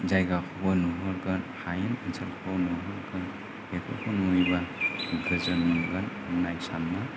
जायगाखौबो नुहुरगोन हायेन ओनसोलखौबो नुहुरगोन बेफोरखौ नुयोबा गोजोन मोनगोन सानना